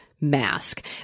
mask